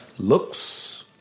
Looks